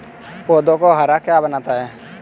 पौधों को हरा क्या बनाता है?